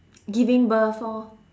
giving birth orh